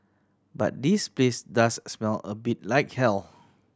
but this place does smell a bit like hell